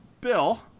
Bill